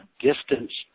distance